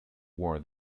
war